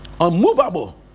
Unmovable